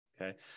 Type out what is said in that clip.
Okay